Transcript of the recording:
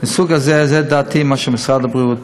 זו דעתי ודעת משרד הבריאות.